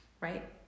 right